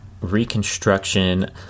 reconstruction